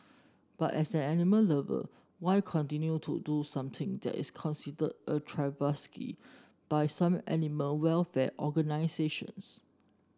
but as an animal lover why continue to do something that is considered a travesty by some animal welfare organisations